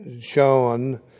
shown